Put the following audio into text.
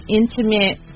intimate